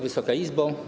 Wysoka Izbo!